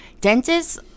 dentists